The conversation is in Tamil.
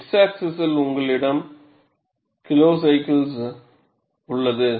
X ஆக்ஸிஸ் உங்களிடம் கிலோசைக்கிள்களின் எண்ணிக்கை உள்ளது